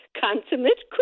consummate